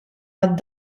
għad